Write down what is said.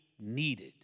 needed